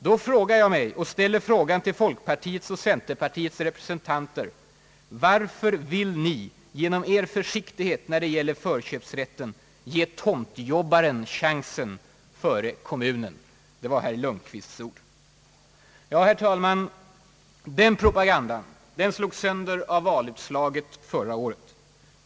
Då frågar jag mig och ställer frågan till folkpartiets och centerpartiets representanter — varför vill ni genom er försiktighet "när det gäller förköpsrätten ge tomtjobbaren chansen före kommunen ?» Ja, herr talman, den propagandan slogs sönder av valutslaget förra året.